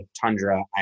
tundra